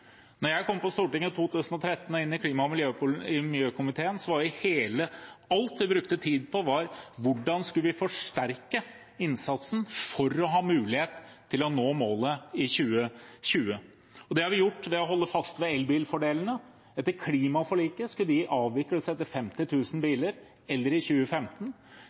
jeg kom på Stortinget i 2013 og inn i energi- og miljøkomiteen, var alt vi brukte tid på, hvordan vi skulle forsterke innsatsen for å ha mulighet til å nå målet i 2020. Det har vi gjort ved å holde fast ved elbilfordelene. Etter klimaforliket skulle de avvikles etter 50 000 biler eller i 2015.